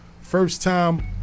first-time